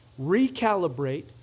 recalibrate